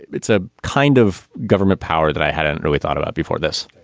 it's a kind of government power that i hadn't really thought about before this.